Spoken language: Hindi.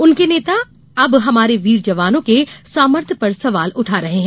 उनके नेता अब हमारे वीर जवानों के सामथर्य पर सवाल उठा रहे हैं